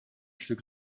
stück